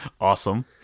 Awesome